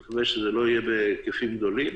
ואני מקווה שזה לא יהיה בהיקפים גדולים,